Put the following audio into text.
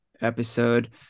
episode